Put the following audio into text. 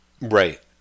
Right